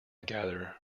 gather